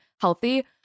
healthy